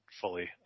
fully